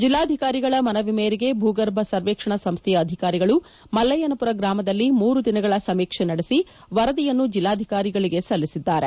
ಜಿಲ್ಲಾಧಿಕಾರಿಗಳ ಮನವಿ ಮೇರೆಗೆ ಭೂಗರ್ಭ ಸರ್ವೇಕ್ಷಣಾ ಸಂಸ್ಥೆಯ ಅಧಿಕಾರಿಗಳು ಮಲ್ಲಯ್ಯನಪುರ ಗ್ರಾಮದಲ್ಲಿ ಮೂರು ದಿನಗಳ ಸಮೀಕ್ಷೆ ನಡೆಸಿ ವರದಿಯನ್ನು ಜಿಲ್ಲಾಧಿಕಾರಿಗಳಿಗೆ ಸಲ್ಲಿಸಿದ್ದಾರೆ